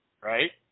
right